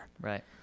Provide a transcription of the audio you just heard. Right